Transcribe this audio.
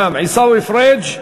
עיסאווי פריג',